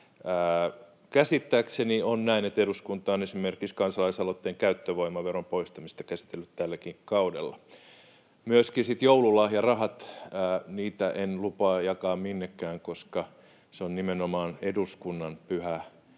Käsittääkseni on näin, että eduskunta on esimerkiksi kansalaisaloitteen käyttövoimaveron poistamista käsitellyt tälläkin kaudella. Myöskin joululahjarahoista kysyttiin, ja niitä en lupaa jakaa minnekään, koska se on nimenomaan eduskunnan pyhä